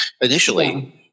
initially –